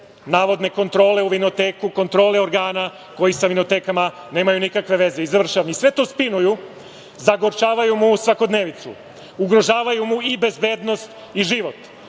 navodne kontrole u vinoteku, kontrole organa koji sa vinotekama nemaju nikakve veze. Sve to spinuju, zagorčavaju mu svakodnevnicu, ugrožavaju mu i bezbednost i život.